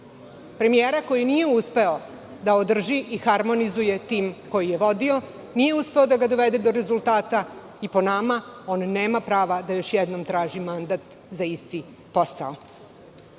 Premijera koji nije uspeo da održi i harmonizuje tim koji je vodio, nije uspeo da ga dovede do rezultata i po nama on nema prava da još jednom traži mandat za isti posao. Neću